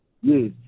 Yes